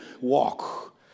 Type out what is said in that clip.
Walk